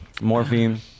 morphine